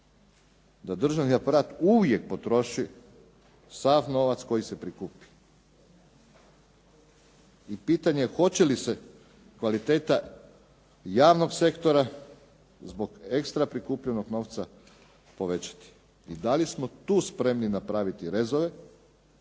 da državni aparat uvijek potroši sav novac koji se prikupi i pitanje je hoće li se kvaliteta javnog sektora zbog ekstra prikupljenog novca povećati i da li smo tu spremni napraviti rezove